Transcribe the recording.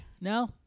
No